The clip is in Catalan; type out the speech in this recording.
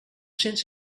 cents